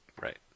Right